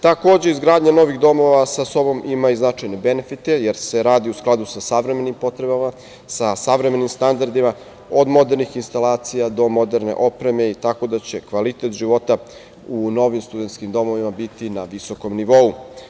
Takođe, izgradnja novih domova sa sobom ima i značajne benefite jer se radi u skladu sa savremenim potrebama, sa savremenim standardima, od modernih instalacija do moderne opreme, tako da će kvalitet života u novim studentskim domovima biti na visokom nivou.